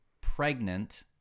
pregnant